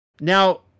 Now